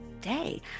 day